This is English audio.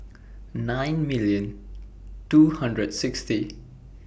nine million two hundred and sixty